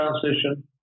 transition